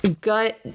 gut